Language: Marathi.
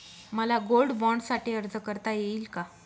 मला गोल्ड बाँडसाठी अर्ज करता येईल का?